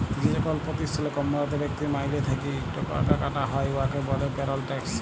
যেকল পতিষ্ঠালে কম্মরত ব্যক্তির মাইলে থ্যাইকে ইকট টাকা কাটা হ্যয় উয়াকে ব্যলে পেরল ট্যাক্স